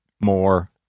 more